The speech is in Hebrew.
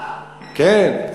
כן.